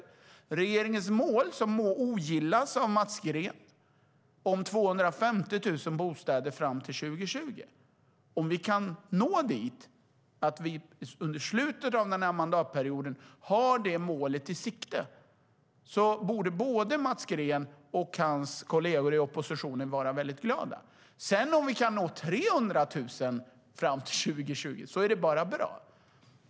Regeringens mål om 250 000 bostäder fram till 2020 ogillas av Mats Green. Om vi under slutet av denna mandatperiod har detta mål i sikte borde Mats Green och hans kolleger i oppositionen vara glada. Kan vi nå 300 000 fram till 2020 är det bara bra.